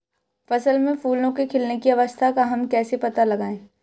फसल में फूलों के खिलने की अवस्था का हम कैसे पता लगाएं?